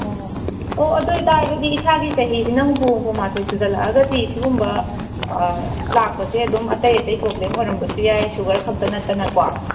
ꯑꯣ ꯑꯣ ꯑꯗꯨ ꯑꯣꯏꯕꯇꯥꯔꯒꯗꯤ ꯏꯁꯥꯒꯤ ꯆꯍꯤꯁꯤꯅ ꯍꯨꯝꯐꯨ ꯍꯨꯝꯐꯨ ꯃꯥꯊꯣꯏ ꯁꯨꯖꯜꯂꯛꯑꯒꯗꯤ ꯁꯤꯒꯨꯝꯕ ꯂꯥꯛꯄꯁꯦ ꯑꯗꯨꯝ ꯑꯇꯩ ꯑꯇꯩ ꯄ꯭ꯔꯣꯕ꯭ꯂꯦꯝ ꯑꯣꯏꯔꯝꯕꯁꯨ ꯌꯥꯏ ꯁꯨꯒꯔ ꯈꯛꯇ ꯅꯠꯇꯅꯀꯣ